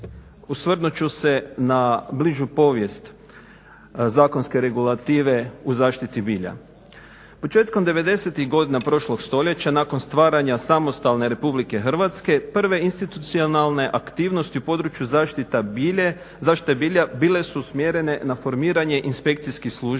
osvrnut ću se na bližu povijest zakonske regulative u zaštiti bilja. Početkom 90-tih godina prošlog stoljeća nakon stvaranja samostalne Republike Hrvatske prve institucionalne aktivnosti u području zaštite bilja bile su usmjerene na formiranje inspekcijskih službi